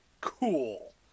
cool